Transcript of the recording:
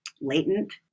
latent